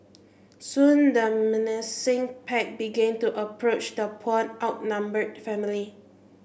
soon the menacing pack began to approach the poor outnumbered family